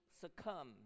succumb